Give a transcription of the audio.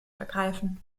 ergreifen